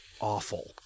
awful